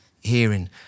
hearing